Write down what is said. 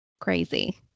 crazy